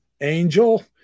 Angel